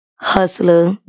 hustler